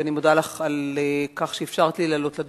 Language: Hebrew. ואני מודה לך על כך שאפשרת לי לעלות לדוכן.